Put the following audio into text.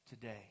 today